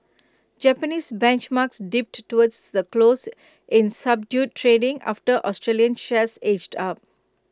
Japanese benchmarks dipped toward the close in subdued trading after Australian shares edged up